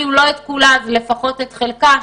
לפחות את חלקה,